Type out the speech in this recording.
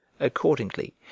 accordingly